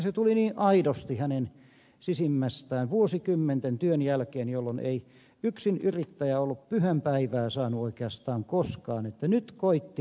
se tuli niin aidosti hänen sisimmästään vuosikymmenten työn jälkeen jolloin ei yksinyrittäjä ollut pyhäpäivää saanut oikeastaan koskaan että nyt koitti minullekin sunnuntai